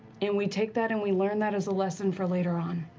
and we take that, and we learn that as a lesson for later on.